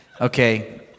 Okay